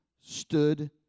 stood